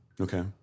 Okay